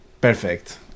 perfect